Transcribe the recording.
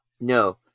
No